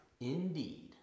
Indeed